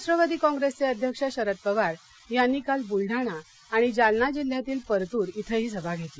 राष्ट्रवादी कॉंग्रेसचे अध्यक्ष शरद पवार यांनी काल बुलढाणा आणि जालना जिल्ह्यात परतूर इथंही सभा घेतली